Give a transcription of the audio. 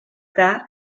that